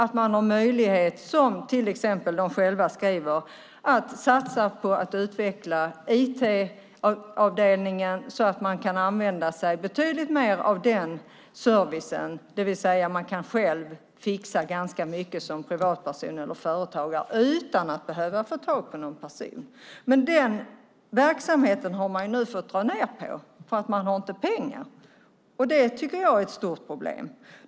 Som de själva skriver har man möjlighet att satsa på att utveckla IT-avdelningen så att det går att använda sig betydligt mer av den servicen, det vill säga privatpersoner och företagare kan själva fixa ganska mycket utan att behöva tala med någon person. Den verksamheten har man nu varit tvungen att dra ned på eftersom man inte har några pengar. Det tycker jag är ett stort problem.